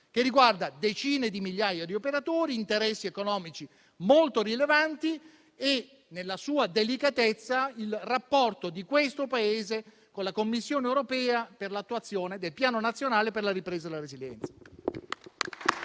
che riguarda decine di migliaia di operatori, interessi economici molto rilevanti e, nella sua delicatezza, il rapporto di questo Paese con la Commissione europea per l'attuazione del Piano nazionale di ripresa e resilienza.